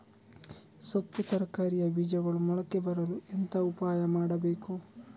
ಸೊಪ್ಪು ತರಕಾರಿಯ ಬೀಜಗಳು ಮೊಳಕೆ ಬರಲು ಎಂತ ಉಪಾಯ ಮಾಡಬೇಕು?